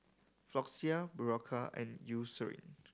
Floxia Berocca and Eucerin